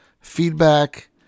feedback